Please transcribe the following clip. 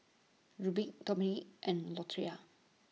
Rubie Dominque and Latoria